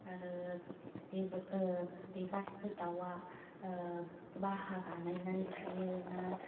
आरो बेगासिबो दाउआ बाहा बानायनाय थायो ना